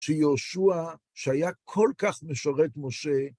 שיהושע, שהיה כל כך משרת משה,